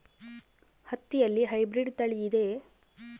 ಹತ್ತಿಯಲ್ಲಿ ಹೈಬ್ರಿಡ್ ತಳಿ ಇದೆಯೇ?